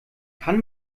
kann